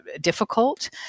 difficult